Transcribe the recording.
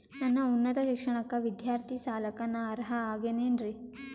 ನನ್ನ ಉನ್ನತ ಶಿಕ್ಷಣಕ್ಕ ವಿದ್ಯಾರ್ಥಿ ಸಾಲಕ್ಕ ನಾ ಅರ್ಹ ಆಗೇನೇನರಿ?